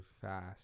fast